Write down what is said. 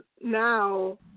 now